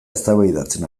eztabaidatzen